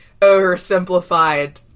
oversimplified